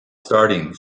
starting